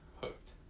hooked